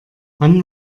wann